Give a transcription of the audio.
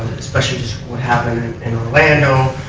especially what happened in orlando.